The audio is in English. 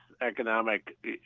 economic